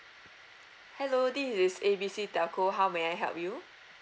hello this is A B C telco how may I help you